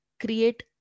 create